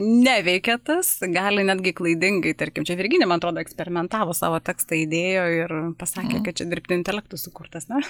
neveikia tas gali netgi klaidingai tarkim čia virginija man atrodo eksperimentavo savo tekstą įdėjo ir pasakė kad čia dirbtinio intelekto sukurtas na